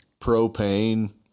Propane